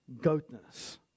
goatness